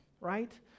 right